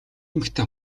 эмэгтэй